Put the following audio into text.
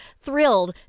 thrilled